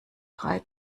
drei